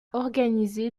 organisé